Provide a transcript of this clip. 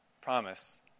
promise